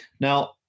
Now